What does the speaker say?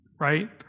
right